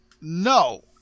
No